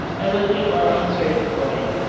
i will click on insert coin